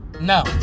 no